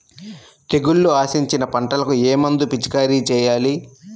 తెగుళ్లు ఆశించిన పంటలకు ఏ మందు పిచికారీ చేయాలి?